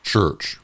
church